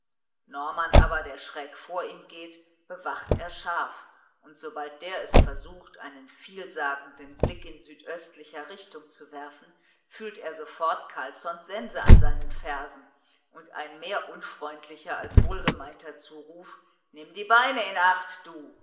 norman aber der schräg vor ihm geht bewacht er scharf und sooft der es versucht einen vielsagenden blick in südöstlicher richtung zu werfen fühlt er sofort carlssons sense an seinen fersen und ein mehr unfreundlicher als wohlgemeinter zuruf nimm die beine in acht du